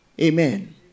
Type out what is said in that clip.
Amen